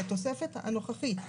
את התוספת הנוכחית.